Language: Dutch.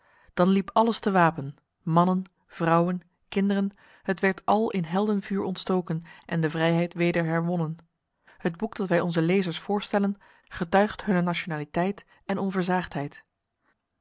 dan liep alles te wapen mannen vrouwen kinderen het werd al in heldenvuur ontstoken en de vrijheid weder herwonnen het boek dat wij onze lezers voorstellen getuigt hunner nationaliteit en onversaagdheid